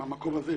מהמקום הזה,